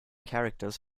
characters